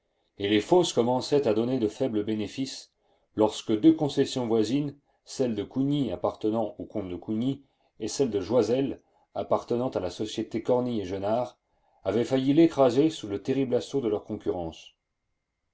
et les fosses commençaient à donner de faibles bénéfices lorsque deux concessions voisines celle de cougny appartenant au comte de cougny et celle de joiselle appartenant à la société cornille et jenard avaient failli l'écraser sous le terrible assaut de leur concurrence